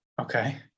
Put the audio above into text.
Okay